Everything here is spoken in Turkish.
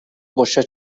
boşa